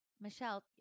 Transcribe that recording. Michelle